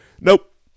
Nope